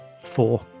four